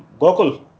Gokul